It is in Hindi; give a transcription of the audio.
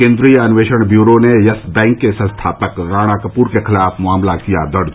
केंद्रीय अन्वेषण ब्यूरो ने यस बैंक के संस्थापक राणा कपूर के खिलाफ मामला किया दर्ज